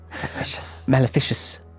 Maleficious